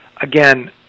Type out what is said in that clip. Again